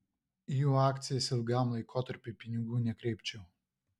į jų akcijas ilgam laikotarpiui pinigų nekreipčiau